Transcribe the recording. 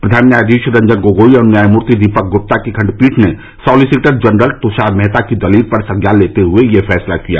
प्रधान न्यायाधीश रंजन गोगोई और न्यायमूर्ति दीपक गुप्ता की खंडपीठ ने सोलीसीटर जनरल तुषार मेहता की दलील पर संज्ञान लेते हुए यह फैसला लिया